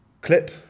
CLIP